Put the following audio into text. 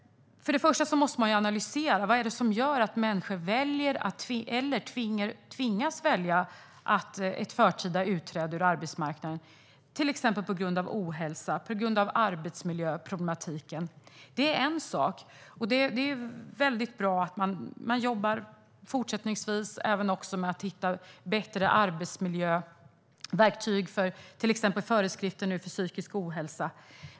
Först och främst måste man analysera vad det är som gör att människor väljer eller tvingas välja ett förtida utträde ur arbetsmarknaden, till exempel på grund av ohälsa eller på grund av arbetsmiljöproblematiken. Det är en sak. Det är väldigt bra att man fortsättningsvis jobbar med att hitta bättre arbetsmiljöverktyg, till exempel föreskrifter för psykisk ohälsa.